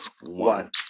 one